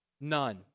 None